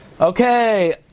Okay